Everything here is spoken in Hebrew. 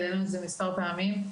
והעלינו מספר פעמים,